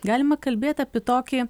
galima kalbėt apie tokį